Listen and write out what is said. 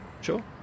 sure